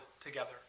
together